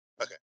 Okay